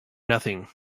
nothing